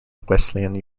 wesleyan